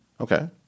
Okay